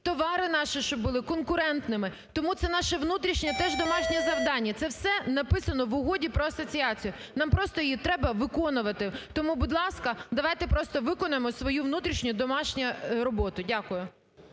товари наші, щоб були конкурентними. Тому це наше внутрішнє теж домашнє завдання. Це все написано в Угоді про асоціацію. Нам просто її треба виконувати. Тому, будь ласка, давайте просто виконаємо свою внутрішню домашню роботу. Дякую.